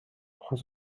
trois